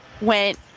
went